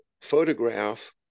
photograph